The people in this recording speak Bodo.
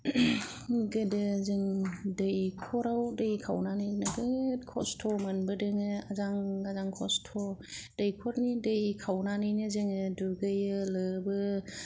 गोदो जों दैखराव दै खावनानै नोगोद कस्त' मोनबोदोङो आजां गाजां कस्त' दैखरनि दै खावनानैनो जोङो दुगैयो लोबो